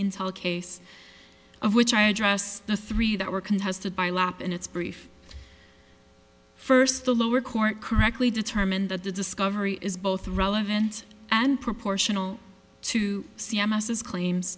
intel case of which i address the three that were contested by lap and its brief first the lower court correctly determined that the discovery is both relevant and proportional to c m s as claims